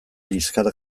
liskar